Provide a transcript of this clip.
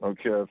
Okay